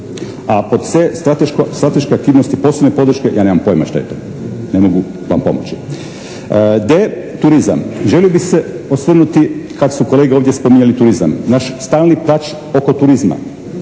A pod c) strateške aktivnosti poslovne podrške, ja nemam pojma šta je to, ne mogu vam pomoći. D) turizam, želio bih se osvrnuti kad su kolege ovdje spominjali turizam. Naš stalni plač oko turizma.